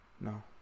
No